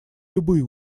любые